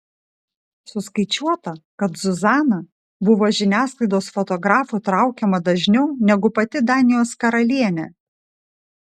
suskaičiuota kad zuzana buvo žiniasklaidos fotografų traukiama dažniau negu pati danijos karalienė